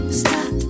stop